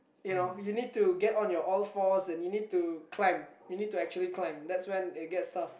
you know you need to get on your all fours and you need to climb you need to actually climb that's when it gets tough